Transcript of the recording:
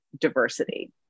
diversity